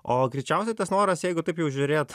o greičiausiai tas noras jeigu taip jau žiūrėt